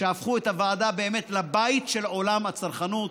שהפכו את הוועדה באמת לבית של עולם הצרכנות.